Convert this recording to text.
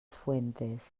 fuentes